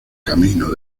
camino